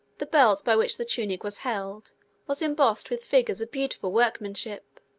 the belt by which the tunic was held was embossed with figures of beautiful workmanship.